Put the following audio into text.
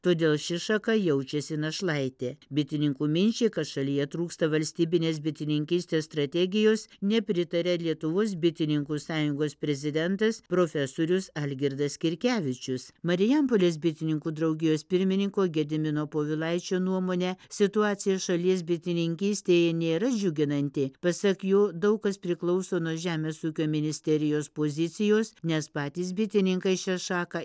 todėl ši šaka jaučiasi našlaitė bitininkų minčiai kad šalyje trūksta valstybinės bitininkystės strategijos nepritaria lietuvos bitininkų sąjungos prezidentas profesorius algirdas skirkevičius marijampolės bitininkų draugijos pirmininko gedimino povilaičio nuomone situacija šalies bitininkystėje nėra džiuginanti pasak jo daug kas priklauso nuo žemės ūkio ministerijos pozicijos nes patys bitininkai šią šaką